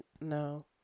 No